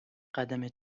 قدم